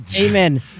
Amen